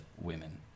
Women